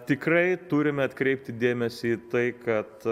tikrai turime atkreipti dėmesį į tai kad